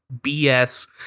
BS